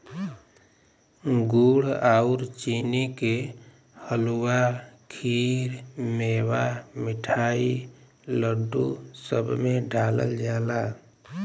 गुड़ आउर चीनी के हलुआ, खीर, मेवा, मिठाई, लड्डू, सब में डालल जाला